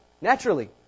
Naturally